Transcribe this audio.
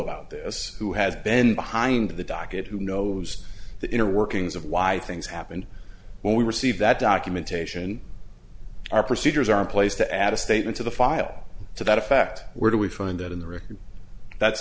about this who has been behind the docket who knows the inner workings of why i things happened when we received that documentation our procedures are in place to add a statement to the file to that effect where do we find that in the record that's